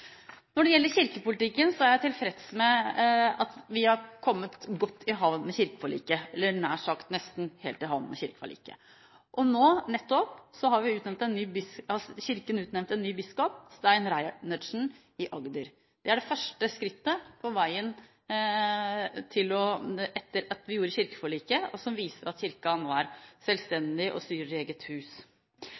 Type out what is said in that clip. Når det gjelder kirkepolitikken, er jeg tilfreds med at vi har kommet godt i havn med kirkeforliket, eller – nær sagt – nesten helt i havn med kirkeforliket. Nå nettopp har Kirken utnevnt en ny biskop, Stein Reinertsen i Agder. Det er det første skrittet på veien etter kirkeforliket som viser at Kirken nå er selvstendig og styrer i eget hus.